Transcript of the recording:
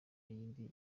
yindi